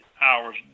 hours